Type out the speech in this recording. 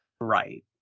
Right